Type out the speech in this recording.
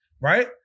right